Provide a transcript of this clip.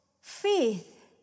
Faith